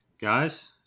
guys